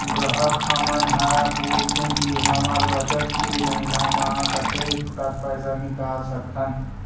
ग्राहक हमन हर पूछथें की हमर बचत ले महीना मा कतेक तक पैसा निकाल सकथन?